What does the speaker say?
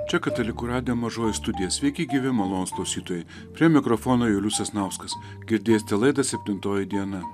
čia katalikų radijo mažoji studija sveiki gyvi malonūs klausytojai prie mikrofono julius sasnauskas girdėsite laidą septintoji diena